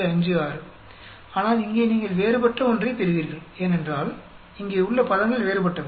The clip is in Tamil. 56 ஆனால் இங்கே நீங்கள் வேறுபட்ட ஒன்றை பெறுவீர்கள் ஏனென்றால் இங்கே உள்ள பதங்கள் வேறுபட்டவை